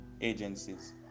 agencies